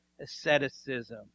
asceticism